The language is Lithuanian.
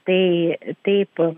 tai taip